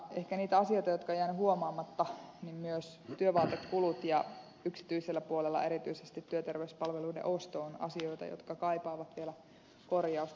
ehkä niitä asioita jotka ovat jääneet huomaamatta ovat myös työvaatekulut ja yksityisellä puolella erityisesti työterveyspalveluiden osto ne ovat asioita jotka kaipaavat vielä korjausta